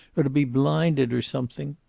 or to be blinded, or something.